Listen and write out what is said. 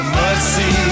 mercy